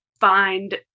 find